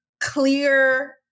clear